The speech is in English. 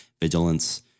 vigilance